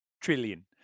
trillion